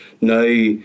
now